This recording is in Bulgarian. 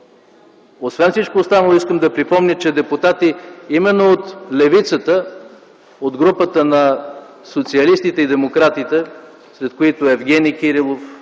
Освен всичко останало, искам да припомня, че депутати именно от левицата, от групата на социалистите и демократите, сред които Евгени Кирилов,